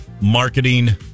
Marketing